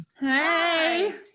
Hey